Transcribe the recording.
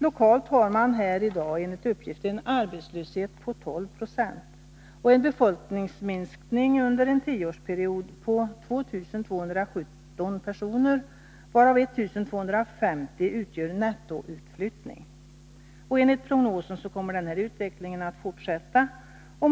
Lokalt har man i Hagfors i dag enligt uppgift en arbetslöshet på 12 26, och befolkningsminskningen under en tioårsperiod har varit 2 217 personer, varav 1250 utgör nettoutflyttning. Enligt prognosen kommer denna utveckling att fortsätta.